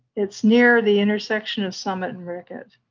it's near the intersection of summit and rickett,